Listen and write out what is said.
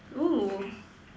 oh